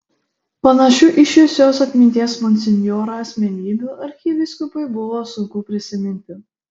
panašių į šviesios atminties monsinjorą asmenybių arkivyskupui buvo sunku prisiminti